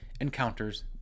encounters